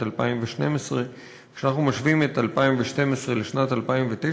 2012. כשאנחנו משווים את שנת 2012 לשנת 2009,